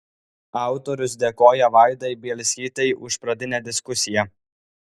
autorius dėkoja vaidai bielskytei už pradinę diskusiją